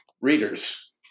Readers